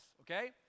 okay